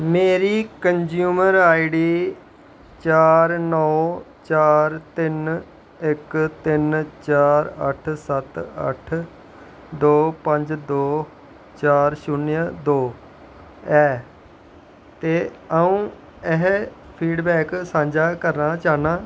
मेरी consumer I D चार नौ चार तिन इक तिन चार अट्ठ सत्त अट्ठ दो पंज दो चार शून्य दो ऐ ते अं'ऊ एह् फीडबैक सांझा करना चाह्न्नां